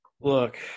Look